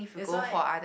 that's why